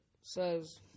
says